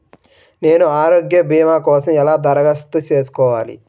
నేను ఆరోగ్య భీమా కోసం ఎలా దరఖాస్తు చేసుకోవాలి?